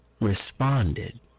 Responded